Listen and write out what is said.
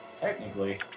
technically